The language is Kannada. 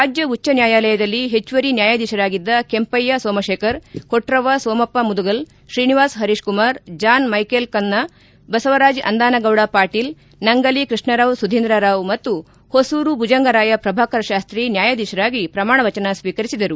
ರಾಜ್ಯ ಉಚ್ಛನ್ಯಾಯಾಲಯದಲ್ಲಿ ಹೆಚ್ಚುವರಿ ನ್ಯಾಯಾಧೀಶರಾಗಿದ್ದ Kempaiah Somashekar Kotravva Somappa Mudugal Srinivas Pareeshkumar John Michael Cunha Basavaraj Andanagouda Patil Nangali Krishnarao Sudhindra Rao ಮತ್ತು ಹೊಸೂರು ಭುಜಂಗರಾಯ ಪ್ರಭಾಕರ್ ಶಾಸ್ತ್ರೀ ನ್ಯಾಯಾಧೀಶರಾಗಿ ಪ್ರಮಾಣವಚನ ಸ್ವೀಕರಿಸಿದರು